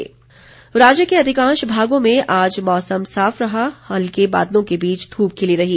मौसम राज्य के अधिकांश भागों में आज मौसम साफ रहा और हल्के बादलों के बीच धूप खिली रही